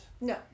No